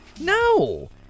No